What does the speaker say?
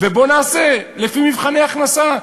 ובואו נעשה לפי מבחני הכנסה,